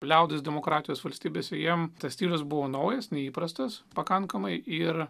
liaudies demokratijos valstybėse jiem tas stilius buvo naujas neįprastas pakankamai ir